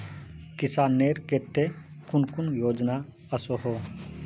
किसानेर केते कुन कुन योजना ओसोहो?